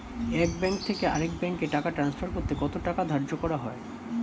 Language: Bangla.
এক ব্যাংক থেকে আরেক ব্যাংকে টাকা টান্সফার করতে কত টাকা ধার্য করা হয়?